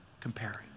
comparing